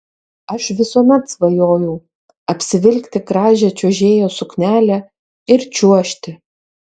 aš visuomet svajojau apsivilkti gražią čiuožėjos suknelę ir čiuožti